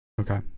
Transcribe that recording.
Okay